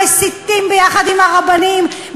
המסיתים יחד עם הרבנים,